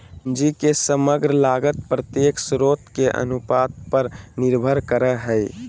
पूंजी के समग्र लागत प्रत्येक स्रोत के अनुपात पर निर्भर करय हइ